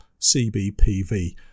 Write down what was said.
CBPV